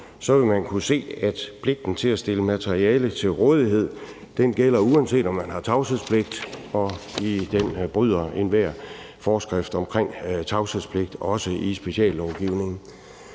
vil man kunne se, at pligten til at stille materiale til rådighed gælder, uanset at man har tavshedspligt, og den bryder enhver forskrift om tavshedspligt også i speciallovgivning.